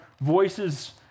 voices